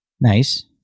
Nice